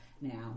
now